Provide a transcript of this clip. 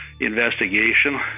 investigation